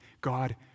God